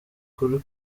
kuri